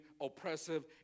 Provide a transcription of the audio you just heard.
oppressive